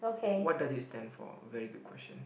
what does it stand for very good question